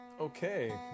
okay